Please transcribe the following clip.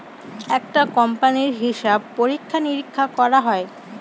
একটা কোম্পানির হিসাব পরীক্ষা নিরীক্ষা করা হয়